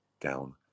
down